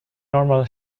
normal